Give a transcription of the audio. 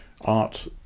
art